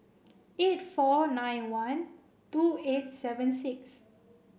eight four nine one two eight seven six